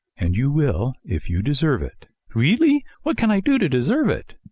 and you will if you deserve it really? what can i do to deserve it?